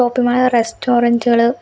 shopping mall റെസ്റ്റോറൻറുകൾ